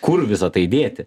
kur visa tai dėti